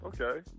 okay